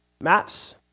Maps